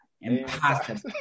impossible